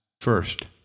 first